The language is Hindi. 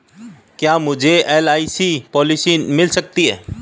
क्या मुझे एल.आई.सी पॉलिसी मिल सकती है?